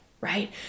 right